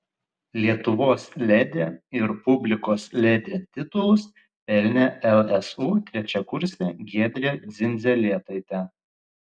lietuvos ledi ir publikos ledi titulus pelnė lsu trečiakursė giedrė dzindzelėtaitė